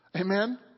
Amen